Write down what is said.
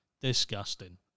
Disgusting